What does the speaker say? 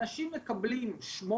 אנשים מקבלים 8,